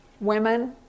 women